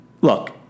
Look